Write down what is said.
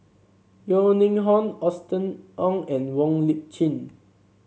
Yeo Ning Hong Austen Ong and Wong Lip Chin